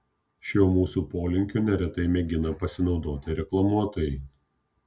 šiuo mūsų polinkiu neretai mėgina pasinaudoti reklamuotojai